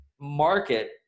market